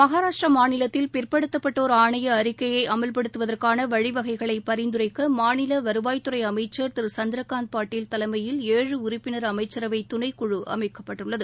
மகாராஷ்டிர மாநிலத்தில் பிற்படுத்தப்பட்டோர் ஆணைய அறிக்கையை அமல்படுத்துவதற்கான வழிவகைகளை பரிந்துரைக்க மாநில வருவாய்த்துறை அமைச்சர் திரு சந்திரகாந்த் பட்டில் தலைமையில் ஏழு உறுப்பினர் அமைச்சரவை துணைக் குழு அமைக்கப்பட்டுள்ளது